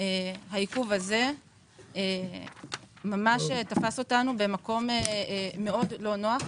העיכוב הזה תפס אותנו במקום מאוד לא נוח.